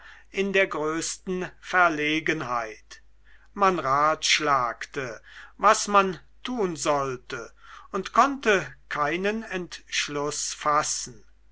in der größten verlegenheit man ratschlagte was man tun sollte und konnte keinen entschluß fassen